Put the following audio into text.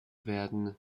werden